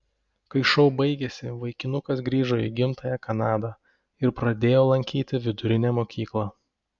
kai šou baigėsi vaikinukas grįžo į gimtąją kanadą ir pradėjo lankyti vidurinę mokyklą